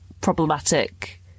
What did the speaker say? problematic